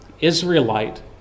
Israelite